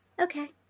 Okay